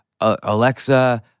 Alexa